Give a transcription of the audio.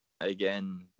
again